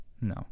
no